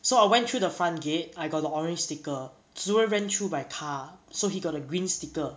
so I went through the front gate I got the orange sticker zuran ran through by car so he got a green sticker